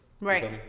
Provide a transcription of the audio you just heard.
Right